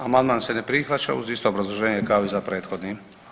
Amandman se ne prihvaća uz isto obrazloženje kao i za prethodni.